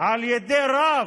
על ידי רב,